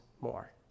more